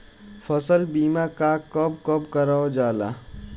फसल बीमा का कब कब करव जाला?